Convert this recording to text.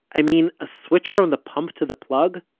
i mean a switch from the pump to the plug?